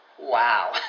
Wow